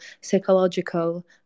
psychological